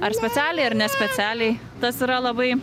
ar specialiai ar ne specialiai tas yra labai